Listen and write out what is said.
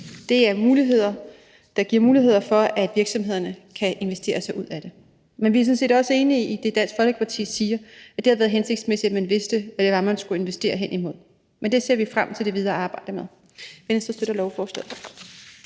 i svovlafgiften. Det giver mulighed for, at virksomhederne kan investere sig ud af det. Men vi er sådan set også enige i det, Dansk Folkeparti siger, i forhold til at det havde været hensigtsmæssigt, at man vidste, hvad det var, man skulle investere hen imod. Men det ser vi frem til det videre arbejde med. Venstre støtter lovforslaget.